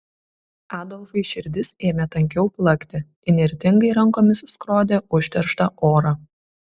adolfui širdis ėmė tankiau plakti įnirtingai rankomis skrodė užterštą orą